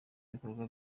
ibikorwa